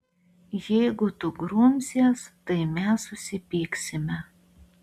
jeigu tu grumsies tai mes susipyksime